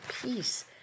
peace